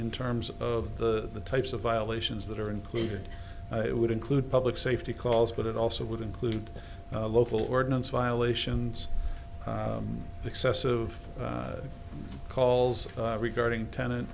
in terms of the types of violations that are included it would include public safety calls but it also would include local ordinance violations excessive calls regarding tenant